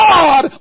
God